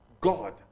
God